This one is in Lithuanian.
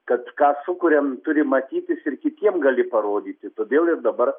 kad ką sukuriam turi matytis ir kitiem gali parodyti todėl ir dabar